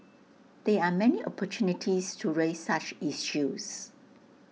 there are many opportunities to raise such issues